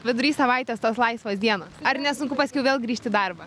vidury savaitės tos laisvos dienos ar nesunku paskiau vėl grįžt į darbą